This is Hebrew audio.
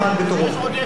וגם קודם.